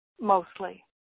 mostly